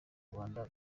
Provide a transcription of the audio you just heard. rwanda